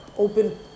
Open